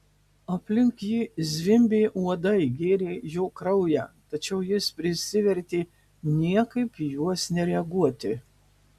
aplink jį zvimbė uodai gėrė jo kraują tačiau jis prisivertė niekaip į juos nereaguoti